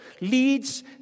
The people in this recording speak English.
leads